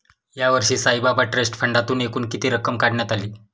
यावर्षी साईबाबा ट्रस्ट फंडातून एकूण किती रक्कम काढण्यात आली?